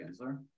Gensler